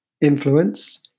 Influence